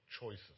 choices